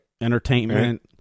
entertainment